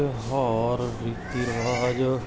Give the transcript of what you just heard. ਤਿਉਹਾਰ ਰੀਤੀ ਰਿਵਾਜ